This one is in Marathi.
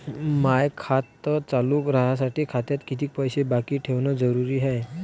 माय खातं चालू राहासाठी खात्यात कितीक पैसे बाकी ठेवणं जरुरीच हाय?